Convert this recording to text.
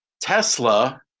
Tesla